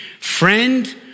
friend